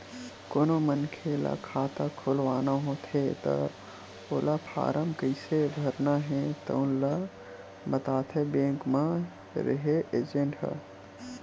कोनो मनखे ल खाता खोलवाना होथे त ओला फारम कइसे भरना हे तउन ल बताथे बेंक म रेहे एजेंट ह